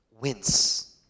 wince